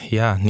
ja